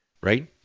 Right